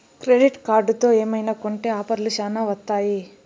credit కార్డుతో ఏమైనా కొంటె ఆఫర్లు శ్యానా వత్తాయి